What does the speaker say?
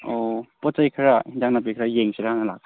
ꯑꯣ ꯄꯣꯠ ꯆꯩ ꯈꯔ ꯑꯦꯟꯁꯥꯡ ꯅꯥꯄꯤ ꯈꯔ ꯌꯦꯡꯁꯤꯔꯥꯅ ꯂꯥꯛꯞ